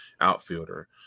outfielder